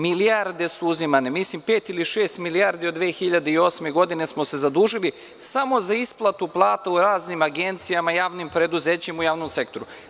Milijarde su uzimane, mislim pet ili šest milijardi od 2008. godine smo se zadužili samo za isplatu plata u raznim agencijama, javnim preduzećima u javnom sektoru.